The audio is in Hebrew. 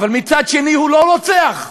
אבל מצד שני, הוא לא רוצח,